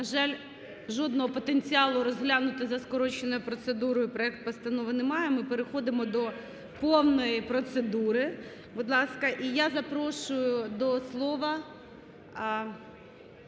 На жаль, жодного потенціалу розглянути за скороченою процедурою проект постанови не маємо і переходимо до повної процедури. Будь ласка, і я запрошую до слова